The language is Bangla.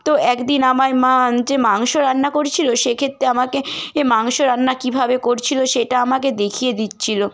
তো একদিন আমার মা যে মাংস রান্না করছিলো সেক্ষেত্রে আমাকে ইয়ে মাংস রান্না কীভাবে করছিলো সেটা আমাকে দেখিয়ে দিচ্ছিলো